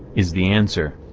is the answer?